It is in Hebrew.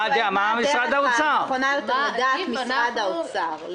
מה הדרך הנכונה יותר לדעת משרד האוצר?